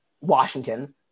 Washington